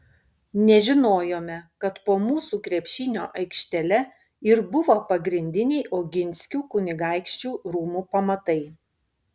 nežinojome kad po mūsų krepšinio aikštele ir buvo pagrindiniai oginskių kunigaikščių rūmų pamatai